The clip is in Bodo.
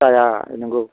जाया नंगौ